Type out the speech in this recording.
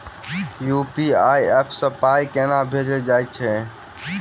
UPI app सँ पाई केना भेजल जाइत छैक?